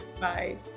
Bye